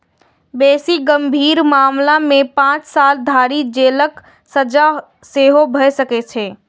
बेसी गंभीर मामला मे पांच साल धरि जेलक सजा सेहो भए सकैए